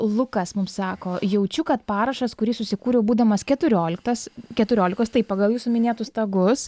lukas mums sako jaučiu kad parašas kurį susikūriau būdamas keturioliktas keturiolikos taip pagal jūsų minėtus tagus